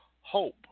hope